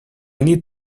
need